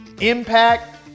impact